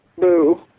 Boo